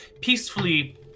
peacefully